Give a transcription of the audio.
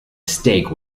stake